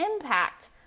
impact